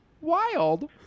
Wild